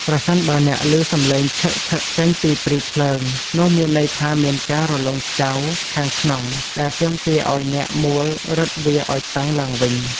ប្រសិនបើអ្នកឮសំឡេងឆីៗចេញពីព្រីភ្លើង នោះមានន័យថាមានការរលុងខ្ចៅខាងក្នុង ដែលទាមទារឱ្យអ្នកមួលរឹតវាឱ្យតឹងឡើងវិញ។